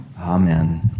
Amen